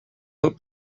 hope